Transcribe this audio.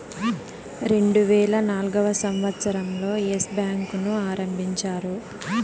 రెండువేల నాల్గవ సంవచ్చరం లో ఎస్ బ్యాంకు ను ఆరంభించారు